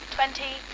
Twenty